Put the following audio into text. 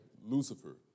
Lucifer